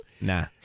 Nah